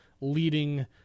leading